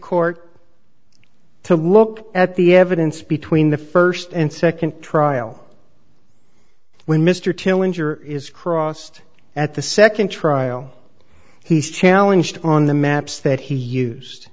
court to look at the evidence between the first and second trial when mr till injure is crossed at the second trial he's challenged on the maps that he used